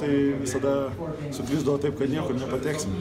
tai visada sugrįždavo taip kad niekur nepateksim